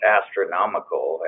astronomical